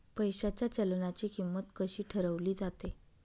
पैशाच्या चलनाची किंमत कशी ठरवली जाते